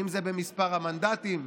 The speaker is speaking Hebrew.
אם זה במספר המנדטים.